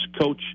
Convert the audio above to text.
coach